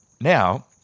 now